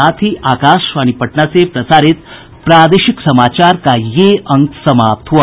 इसके साथ ही आकाशवाणी पटना से प्रसारित प्रादेशिक समाचार का ये अंक समाप्त हुआ